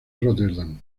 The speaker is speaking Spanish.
róterdam